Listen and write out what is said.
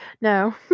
No